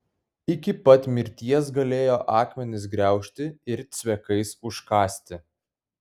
iki pat mirties galėjo akmenis griaužti ir cvekais užkąsti